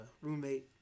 roommate